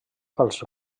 fals